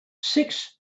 six